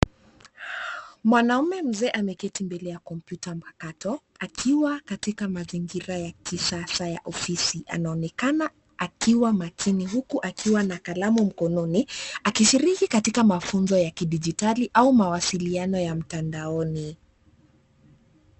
Mwanamume mzee ameketi mbele ta kompyuta ya mpakato akiwa katika mazingira ya kisasa ya ofisi. Anaonekana akiwa makini huku akiwa na kalamu mkononi akishiriki katika mafunzo ya kidijitali au mawasiliano ya mtandaoni.